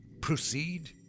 proceed